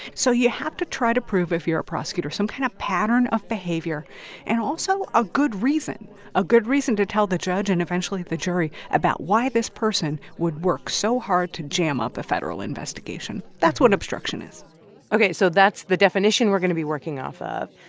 so you have to try to prove, if you're a prosecutor, some kind of pattern of behavior and also a good reason a good reason to tell the judge and eventually the jury about why this person would work so hard to jam up a federal investigation. that's what an obstruction is ok. so that's the definition we're going to be working off of.